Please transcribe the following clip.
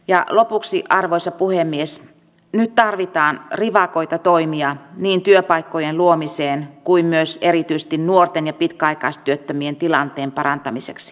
ja lopuksi arvoisa puhemies nyt tarvitaan rivakoita toimia niin työpaikkojen luomiseksi kuin myös erityisesti nuorten ja pitkäaikaistyöttömien tilanteen parantamiseksi